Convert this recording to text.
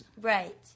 right